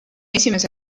esimese